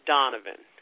Donovan